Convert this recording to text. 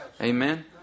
Amen